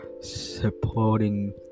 supporting